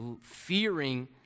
fearing